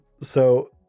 so-